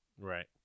Right